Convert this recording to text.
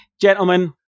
Gentlemen